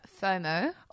FOMO